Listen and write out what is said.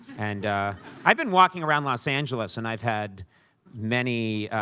and i've been walking around los angeles, and i've had many,